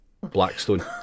Blackstone